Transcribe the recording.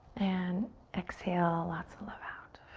and exhale lots of love out.